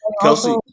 Kelsey